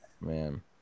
Man